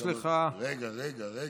יש לך, רגע, רגע.